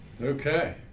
Okay